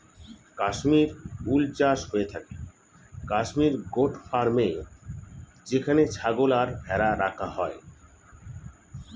Kashmir wool চাষ হয়ে থাকে কাশ্মীর গোট ফার্মে যেখানে ছাগল আর ভেড়া রাখা হয়